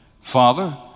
Father